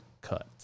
Cut